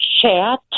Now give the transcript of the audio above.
chat